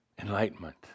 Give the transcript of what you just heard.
enlightenment